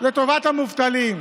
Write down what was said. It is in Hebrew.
לטובת המובטלים,